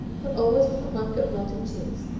but always with a hunk of melting cheese,